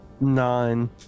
Nine